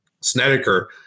Snedeker